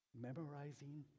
memorizing